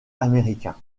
américain